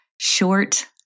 short